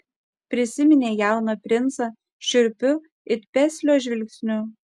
prisiminė jauną princą šiurpiu it peslio žvilgsniu